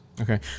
Okay